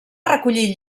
recollir